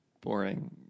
boring